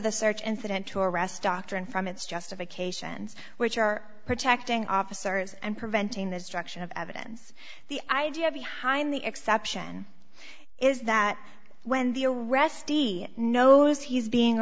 the search incident to arrest doctrine from its justifications which are protecting officers and preventing the destruction of evidence the idea behind the exception is that when the arrestee knows he's being